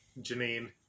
Janine